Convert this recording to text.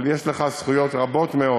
אבל יש לך זכויות רבות מאוד